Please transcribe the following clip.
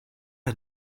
are